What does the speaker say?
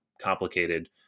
complicated